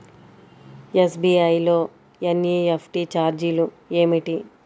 SBI లో NEFT ఛార్జీలు ఏమిటి?